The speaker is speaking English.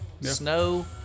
snow